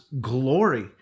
glory